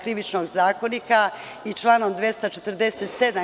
Krivičnog zakonika, i članom 247.